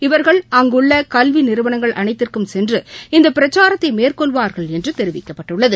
இவர்கள் அங்குள்ள கல்வி நிறுவனங்கள் அனைத்திற்கும் சென்று இந்த பிரச்சாரத்தை மேற்கொள்வார்கள் என்று தெரிவிக்கப்பட்டுள்ளது